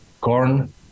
corn